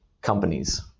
companies